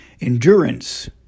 Endurance